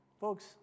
Folks